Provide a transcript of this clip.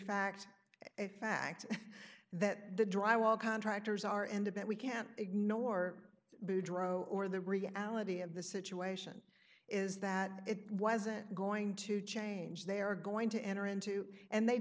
fact a fact that the drywall contractors are in debate we can't ignore boudreau or the reality of the situation is that it wasn't going to change they are going to enter into and they